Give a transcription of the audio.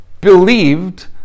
believed